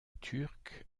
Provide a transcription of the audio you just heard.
turc